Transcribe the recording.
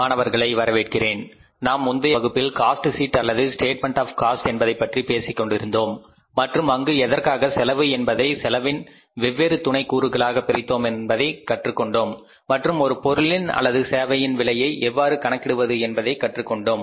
மாணவர்களை வரவேற்கிறேன் நாம் முந்தைய வகுப்பில் காஸ்ட் ஷீட் அல்லது ஸ்டேட்மெண்ட் ஆஃ காஸ்ட் என்பதைப் பற்றி பேசிக்கொண்டிருந்தோம் மற்றும் அங்கு எதற்காக செலவு என்பதை செலவின் வெவ்வேறு துணை கூறுகளாக பிரித்தோம் என்று கற்றுக்கொண்டோம் மற்றும் ஒரு பொருளின் அல்லது சேவையின் விலையை எவ்வாறு கணக்கிடுவது என்பதை கற்றுக் கொண்டோம்